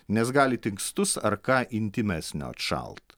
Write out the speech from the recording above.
nes galit inkstus ar ką intymesnio atšalt